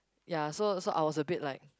ya so so I was a bit like